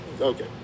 okay